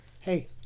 Hey